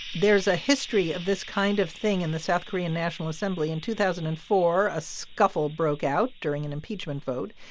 there's a history of this kind of thing in the south korean national assembly. in two thousand and four, a scuffle broke out during an impeachment vote.